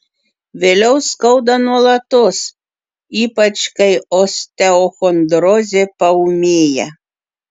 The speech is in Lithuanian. vėliau skauda nuolatos ypač kai osteochondrozė paūmėja